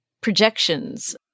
projections